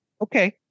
okay